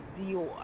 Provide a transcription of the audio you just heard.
Dior